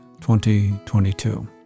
2022